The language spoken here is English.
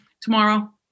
tomorrow